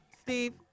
Steve